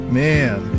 man